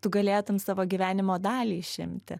tu galėtum savo gyvenimo dalį išimti